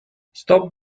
stop